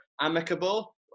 amicable